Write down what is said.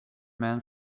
man